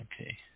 Okay